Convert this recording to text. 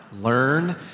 learn